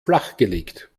flachgelegt